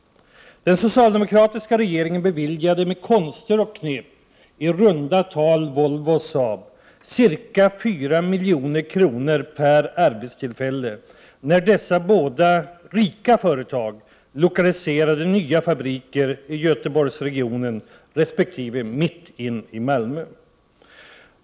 Den socialdemokratiska regeringen beviljade med konster och knep Volvo och Saab i runda tal 4 milj.kr. per arbetstillfälle när dessa båda rika företag lokaliserade nya fabriker i Göteborgsregionen resp. mitt inne i Malmö.